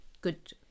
good